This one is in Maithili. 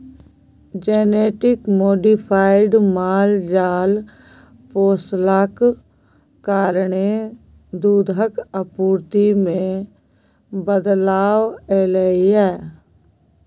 जेनेटिक मोडिफाइड माल जाल पोसलाक कारणेँ दुधक आपुर्ति मे बदलाव एलय यै